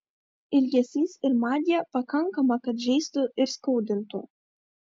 ilgesys ir magija pakankama kad žeistų ir skaudintų